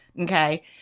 okay